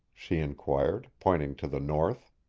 she inquired, pointing to the north.